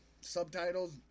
subtitles